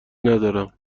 ندارم